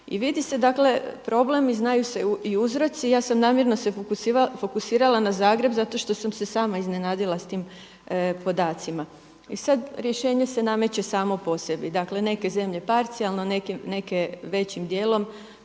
I vidi se, dakle problem i znaju se i uzroci. Ja sam namjerno se fokusirala na Zagreb zato što sam se sama iznenadila s tim podacima. I sad rješenje se nameće samo po sebi, dakle neke zemlje parcijalno, neke većim dijelom